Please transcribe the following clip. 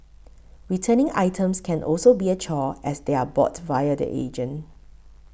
returning items can also be a chore as they are bought via the agent